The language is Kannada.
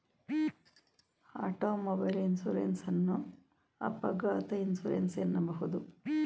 ಆಟೋಮೊಬೈಲ್ ಇನ್ಸೂರೆನ್ಸ್ ಅನ್ನು ಅಪಘಾತ ಇನ್ಸೂರೆನ್ಸ್ ಎನ್ನಬಹುದು